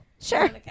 Sure